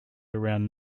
around